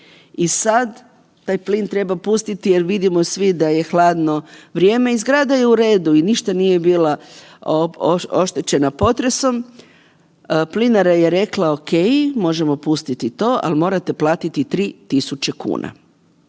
i sad taj plin treba pustiti jer vidimo svi da je hladno vrijeme i zgrada je u redu i ništa nije bila oštećena potresom, Plinara je rekla okej možemo pustiti to, al morate platiti 3.000,00 kn.